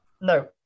No